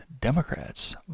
Democrats